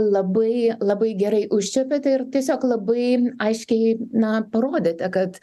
labai labai gerai užčiuopėte ir tiesiog labai aiškiai na parodėte kad